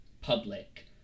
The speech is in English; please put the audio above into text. public